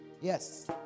Yes